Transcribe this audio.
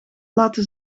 laten